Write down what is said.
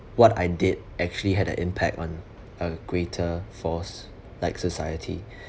what I did actually had a impact on a greater force like society